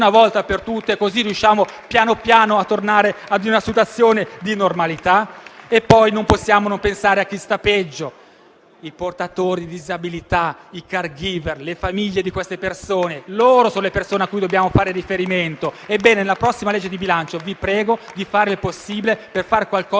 volta per tutte, così riusciamo lentamente a tornare a una situazione di normalità. Non possiamo non pensare a chi sta peggio: i portatori di disabilità, i *care giver* e le loro famiglie. (*Applausi*). Sono le persone a cui dobbiamo fare riferimento. Nella prossima legge di bilancio, vi prego di fare il possibile per fare qualcosa